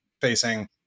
facing